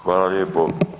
Hvala lijepo.